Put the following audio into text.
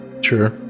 sure